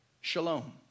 shalom